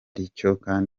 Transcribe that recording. ikintu